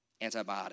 antibiotic